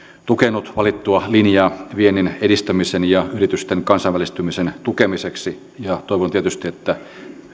tukenut valittua linjaa vienninedistämisen ja yritysten kansainvälistymisen tukemiseksi ja toivon tietysti että